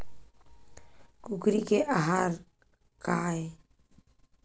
कुकरी के आहार काय?